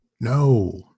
No